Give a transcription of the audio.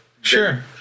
Sure